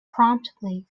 promptly